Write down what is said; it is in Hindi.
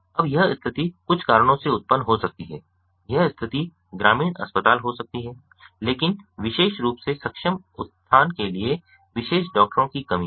अब यह स्थिति कुछ कारणों से उत्पन्न हो सकती है यह स्थिति ग्रामीण अस्पताल हो सकती है लेकिन विशेष रूप से सक्षम उत्थान के लिए विशेष डॉक्टरों की कमी है